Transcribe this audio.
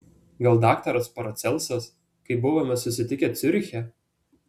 gal daktaras paracelsas kai buvome susitikę ciuriche